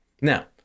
Now